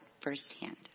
firsthand